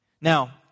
Now